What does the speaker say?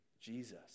Jesus